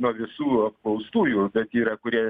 nuo visų apklaustųjų yra kurie